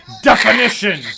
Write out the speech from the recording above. DEFINITION